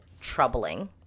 troubling